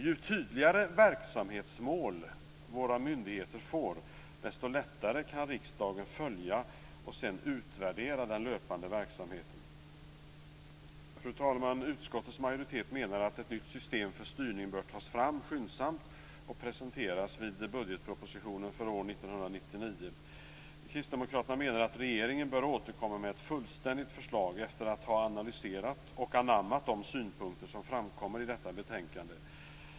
Ju tydligare verksamhetsmål våra myndigheter får desto lättare kan riksdagen följa och utvärdera den löpande verksamheten. Fru talman! Utskottets majoritet menar att ett nytt system för styrning bör tas fram skyndsamt och presenteras vid budgetpropositionen för år 1999. Kristdemokraterna menar att regeringen bör återkomma med ett fullständigt förslag efter att ha analyserat och anammat de synpunkter som framkommer i detta betänkande.